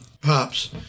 Pops